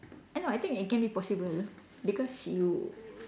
I know I think it can be possible because you